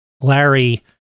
Larry